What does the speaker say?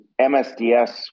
MSDS